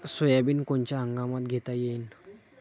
Soybean कोनच्या हंगामात घेता येईन?